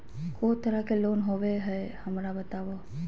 को तरह के लोन होवे हय, हमरा बताबो?